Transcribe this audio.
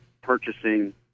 purchasing